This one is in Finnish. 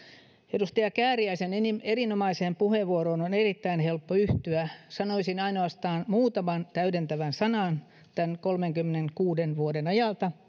edustaja kääriäisen erinomaiseen puheenvuoroon on erittäin helppo yhtyä sanoisin ainoastaan muutaman täydentävän sanan tältä kolmenkymmenenkuuden vuoden ajalta